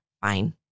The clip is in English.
fine